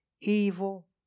evil